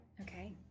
okay